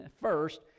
first